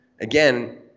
again